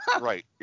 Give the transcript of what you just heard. Right